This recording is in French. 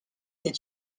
est